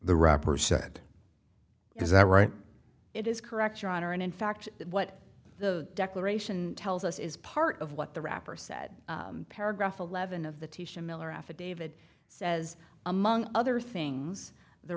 the rapper said is that right it is correct your honor and in fact what the declaration tells us is part of what the wrapper said paragraph eleven of the two shamil or affidavit says among other things the